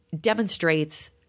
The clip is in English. demonstrates